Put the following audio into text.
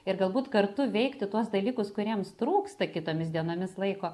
ir galbūt kartu veikti tuos dalykus kuriems trūksta kitomis dienomis laiko